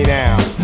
now